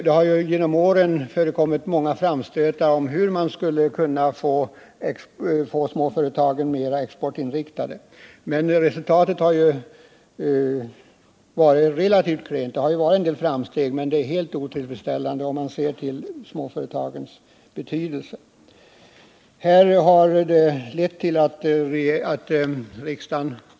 Det har genom åren förekommit många framstötar om hur man skulle kunna få småföretagen mer exportinriktade, men resultatet har blivit relativt klent. Det har visserligen åstadkommits en del framsteg, men de är helt otillfredsställande, om man ser till småföretagens möjlighet att producera även för export.